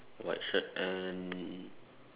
white shirt and